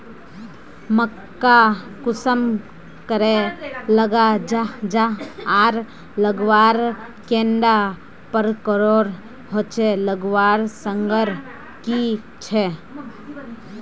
मक्का कुंसम करे लगा जाहा जाहा आर लगवार कैडा प्रकारेर होचे लगवार संगकर की झे?